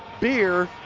beer,